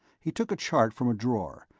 he took a chart from a drawer,